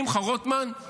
שמחה רוטמן לא